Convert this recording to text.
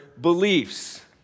beliefs